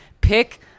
Pick